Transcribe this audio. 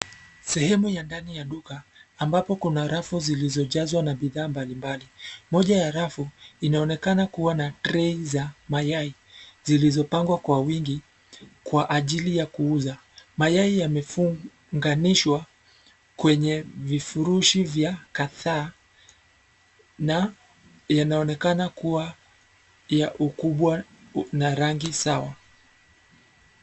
Sehemu ya ndani ya duka ambapo kuna rafu zilizojazwa na bidhaa mbali mbali . Moja ya rafu inaonekana kuwa na trei za mayai zilizopangwa kwa wingi kwa ajili ya kuuza. Mayai yamefunganishwa kwenye vifurushi vya kadhaa na yanaonekana kuwa ya ukubwa na rangi sawa.